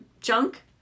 junk